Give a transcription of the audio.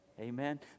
Amen